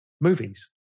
movies